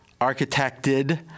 architected